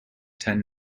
tend